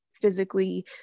physically